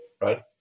right